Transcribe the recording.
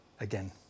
again